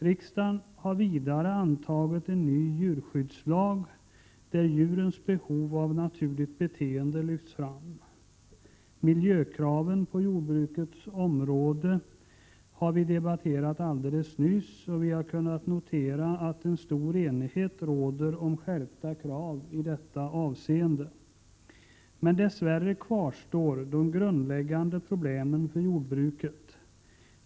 Riksdagen har vidare antagit en ny djurskyddslag, där djurens behov av naturligt beteende lyfts fram. Miljökraven på jordbrukets område har vi debatterat alldeles nyss, och vi har kunnat notera att stor enighet råder om skärpta krav i detta avseende. Men dess värre kvarstår de grundläggande problemen för jordbruket.